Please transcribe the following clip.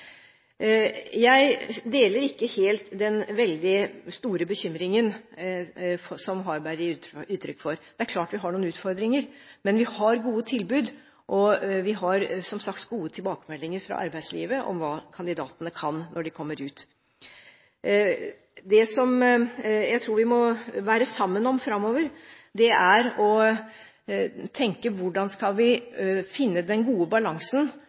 Jeg deler ikke helt den veldig store bekymringen som Harberg gir uttrykk for. Det er klart vi har noen utfordringer, men vi har gode tilbud, og vi har som sagt gode tilbakemeldinger fra arbeidslivet om hva kandidatene kan når de kommer ut. Det som jeg tror vi må være sammen om framover, er å tenke på hvordan vi skal finne den gode balansen